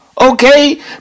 Okay